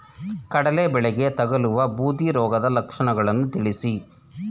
ಕಡಲೆ ಬೆಳೆಗೆ ತಗಲುವ ಬೂದಿ ರೋಗದ ಲಕ್ಷಣಗಳನ್ನು ತಿಳಿಸಿ?